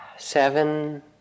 seven